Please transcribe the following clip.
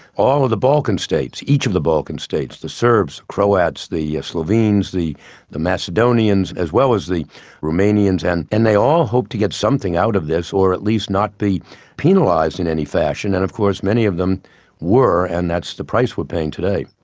all of the balkan states, each of the balkan states, the serbs, croats, the slovenes, the the macedonians, as well as the roumanians, and and they all hoped to get something out of this, or at least not be penalised in any fashion, and of course many of them were and that's the price we're paying today.